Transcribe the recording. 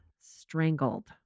strangled